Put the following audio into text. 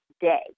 day